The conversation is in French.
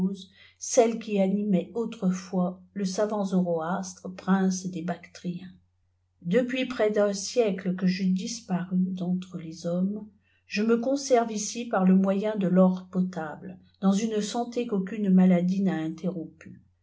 celle qui animait autrefois le savant zoroastre prince des bactrîens c depuis près d'un siècle que je disparus d'en rê les hommes l je me conserve ici par le moyen de for potable dans une santé qu'aucune maladie n'a interrompue